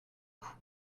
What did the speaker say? coup